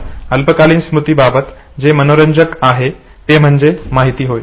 अल्पकालीन स्मृती बाबत जे मनोरंजक आहे ते म्हणजे माहिती होय